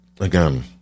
again